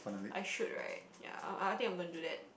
I should right ya I I think I'm gonna do that